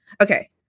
Okay